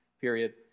period